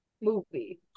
movie